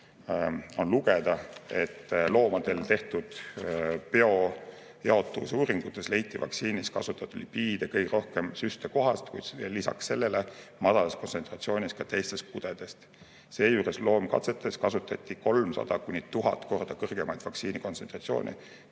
47 lugeda, et loomadel tehtud biojaotuvuse uuringutes leiti vaktsiinis kasutatud lipiide kõige rohkem süstekohas, kuid lisaks sellele väikeses kontsentratsioonis ka teistest kudedest. Seejuures loomkatsetes kasutati 300–1000 korda kõrgemaid vaktsiinikontsentratsioone,